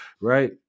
right